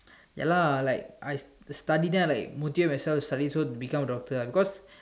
ya lah like I study then I like motivate myself study so become doctor because